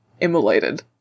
immolated